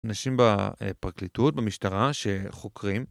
אנשים בפרקליטות, במשטרה, שחוקרים.